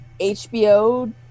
HBO